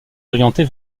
orientée